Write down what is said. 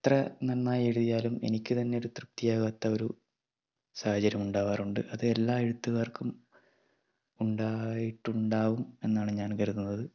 എത്ര നന്നായി എഴുതിയാലും എനിക്ക് തന്നെ ഒര് തൃപ്തിയാകാത്ത ഒരു സാഹചര്യമുണ്ടാകാറുണ്ട് അത് എല്ലാ എഴുത്തുകാർക്കും ഉണ്ടായിട്ടുണ്ടാവും എന്നാണ് ഞാൻ കരുതുന്നത്